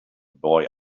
boy